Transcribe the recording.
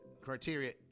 criteria